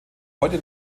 heute